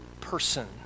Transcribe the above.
person